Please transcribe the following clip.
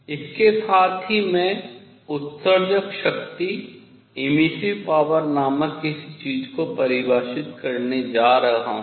इसके साथ ही मैं उत्सर्जक शक्ति नामक किसी चीज को परिभाषित करने जा रहा हूँ